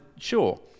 Sure